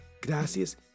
Gracias